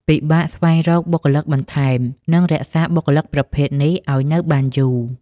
ពិបាកស្វែងរកបុគ្គលិកបន្ថែម និងរក្សាបុគ្គលិកប្រភេទនេះអោយនៅបានយូរ ។